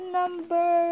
number